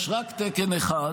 יש רק תקן אחד.